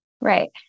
Right